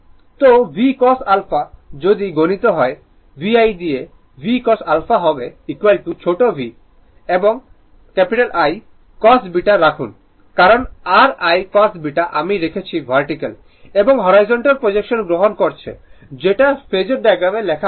সুতরাং Vcos α যদি গুণিত হয় VI দিয়ে Vcos α ছোট v রাখুন এবং I cos β রাখুন VI কারণ r I cos β আমি রেখেছি ভার্টিকাল এবং হরাইজন্টাল প্রজেকশন গ্রহণ করেছে যেটা ফেজোর ডায়াগ্রামে লেখা হয়েছে